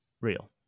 Real